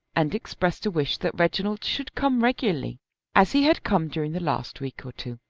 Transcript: and expressed a wish that reginald should come regularly as he had come during the last week or two.